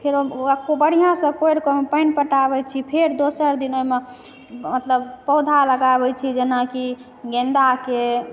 फेर खूब बढियाँ सँ कोरि कऽ ओहिमे ओहिमे पानि पटाबै छी फेर दोसर दिन ओइमे मतलब पौधा लगाबै छी जेनाकि गेंदाके